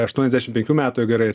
aštuoniasdešim penkių metų jei gerai